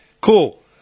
Cool